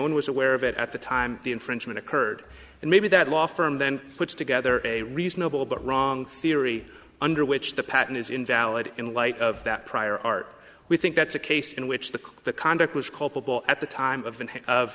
one was aware of it at the time the infringement occurred and maybe that law firm then puts together a reasonable but wrong theory under which the patent is invalid in light of that prior art we think that's a case in which the the conduct was culpable at the time of